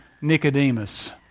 Nicodemus